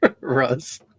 Russ